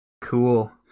Cool